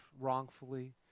wrongfully